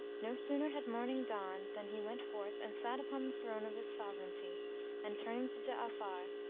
no sooner had morning dawned than he went forth and sat upon the throne of his sovereignty and, turning to ja'afar,